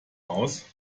aus